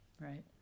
Right